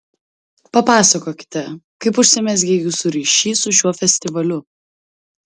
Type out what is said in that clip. papasakokite kaip užsimezgė jūsų ryšys su šiuo festivaliu